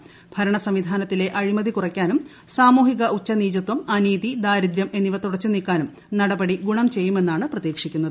വർഷവും വിവരങ്ങൾ ഭരണസംവിധാനത്തിലെ അഴിമതി കുറയ്ക്കാനും സാമൂഹിക ഉച്ചനീചത്വം അനീതി ദാരിദ്ര്യം എന്നിവ തുടച്ചു നീക്കാനും നടപടി ഗുണം ചെയ്യുമെന്നാണ് പ്രതീക്ഷിക്കുന്നത്